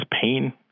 pain